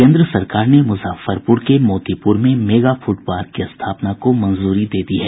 केन्द्र सरकार ने मुजफ्फरपुर के मोतीपुर में मेगा फूड पार्क की स्थापना को मंजूरी दे दी है